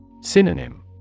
Synonym